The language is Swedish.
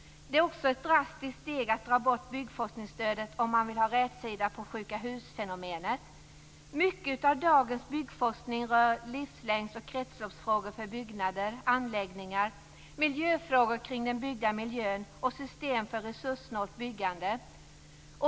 Det är också ett drastiskt steg att dra bort byggforskningsstödet om man vill ha rätsida på sjuka husfenomenet. Mycket av dagens byggforskning rör livslängds och kretsloppsfrågor för byggnader och anläggningar, miljöfrågor kring den byggda miljön och system för resurssnålt byggande.